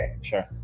Sure